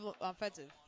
offensive